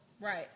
Right